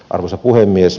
arvoisa puhemies